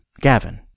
Gavin